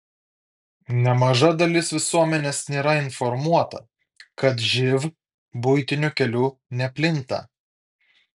nemaža dalis visuomenės nėra informuota kad živ buitiniu keliu neplinta